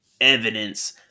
evidence